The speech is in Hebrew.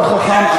מאוד חכם,